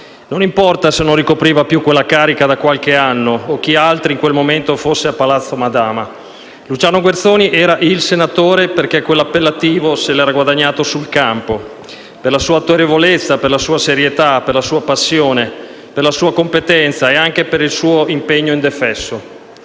non importa se non ricopriva più quella carica da qualche anno o chi altri in quel momento fosse a Palazzo Madama. Luciano Guerzoni era "il senatore", perché quell'appellativo se l'era guadagnato sul campo, per la sua autorevolezza, per la sua serietà, per la sua passione, per la sua competenza e anche per il suo impegno indefesso.